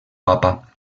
papa